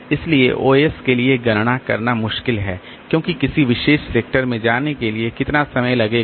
इसलिए ओएस के लिए गणना करना मुश्किल है क्योंकि किसी विशेष सेक्टर में जाने के लिए कितना समय लगेगा